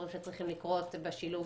יש דברים שצריכים לקרות בשילוב